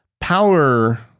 power